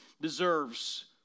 deserves